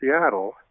Seattle